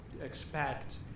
expect